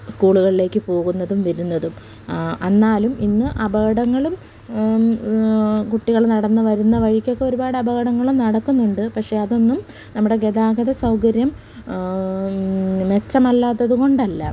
സ്കൂളുകളിലേക്ക് പോകുന്നതും വരുന്നതും എന്നാലും ഇന്ന് അപകടങ്ങളും കുട്ടികൾ നടന്ന് വരുന്ന വഴിക്കൊക്കെ ഒരുപാട് അപകടങ്ങളും നടക്കുന്നുണ്ട് പക്ഷേ അതൊന്നും നമ്മുടെ ഗതാഗത സൗകര്യം മെച്ചമല്ലാത്തത് കൊണ്ടല്ല